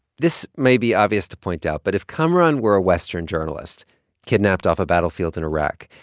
this may be obvious to point out, but if kamaran were a western journalist kidnapped off a battlefield in iraq,